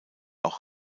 auch